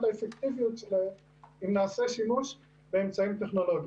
האפקטיביות שלהם אם נעשה שימוש באמצעים טכנולוגיים.